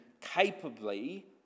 capably